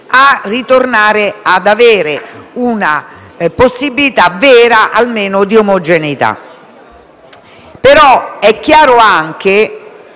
di tornare ad avere una possibilità vera almeno di omogeneità. È chiaro che